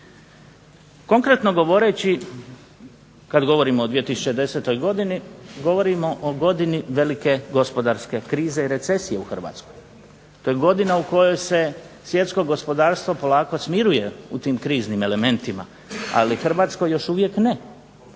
Konkretno govoreći kad govorimo o 2010. godini, govorimo o godini velike gospodarske krize i recesije u Hrvatskoj, to je godina u kojoj se svjetsko gospodarstvo polako smiruje u tim kriznim elementima, ali Hrvatskoj još uvijek ne.